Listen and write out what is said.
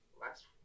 last